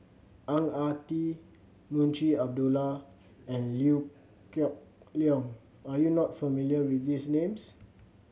Ang Ah Tee Munshi Abdullah and Liew Geok Leong are you not familiar with these names